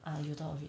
ah you thought of it